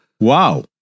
Wow